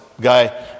guy